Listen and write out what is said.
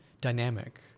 dynamic